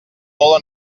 molt